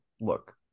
look